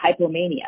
hypomania